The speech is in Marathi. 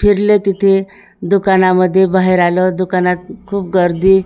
फिरले तिथे दुकानामध्ये बाहेर आलो दुकानात खूप गर्दी